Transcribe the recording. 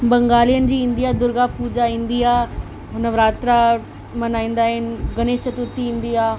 बंगालियुनि जी ईंदी आहे दुर्गा पूॼा ईंदी आहे हू नवरात्रा मल्हाईंदा आहिनि गणेश चतुर्थी ईंदी आहे